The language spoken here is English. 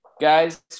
Guys